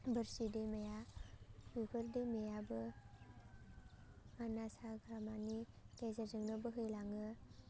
बोरसि दैमाया बेफोर दैमायाबो मानास हाग्रामानि गेजेरजोंनो बोहैलाङो